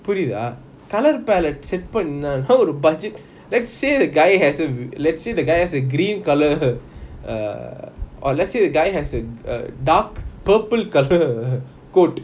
புரிதா:purithaa colour palette set பண்ணத்தான்:pannathaan budget let's say the guy has a v~ let's say the guy has a green colour err or let's say the guy has a a dark purple colour coat